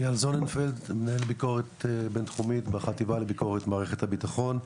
איל זוננפלד מנהל ביקורת בין תחומית בחטיבה לביקורת מערכת הביטחון.